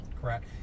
Correct